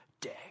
day